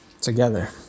Together